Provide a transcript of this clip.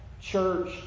church